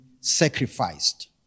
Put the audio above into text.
sacrificed